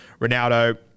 Ronaldo